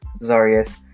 Zarius